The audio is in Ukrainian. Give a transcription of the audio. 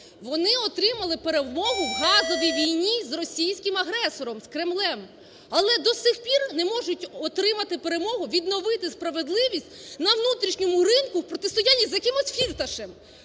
вони отримали перемогу в газовій війні з російським агресором, з Кремлем. Але до цих пір не можуть отримати перемогу, відновити справедливість на внутрішньому ринку в протистоянні за якимось Фірташем.